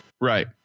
Right